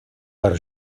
per